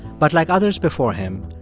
but like others before him,